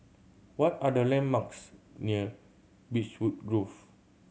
what are the landmarks near Beechwood Grove